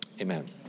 amen